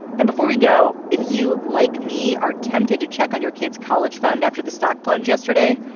and before we go, if you like me, are tempted to check on your kids college fund after the stock plunge yesterday.